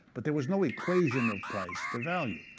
but there was no equation of price to value.